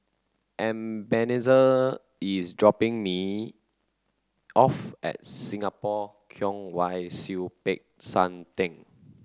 Ebenezer is dropping me off at Singapore Kwong Wai Siew Peck San Theng